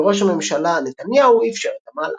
וראש הממשלה נתניהו אפשר את המהלך.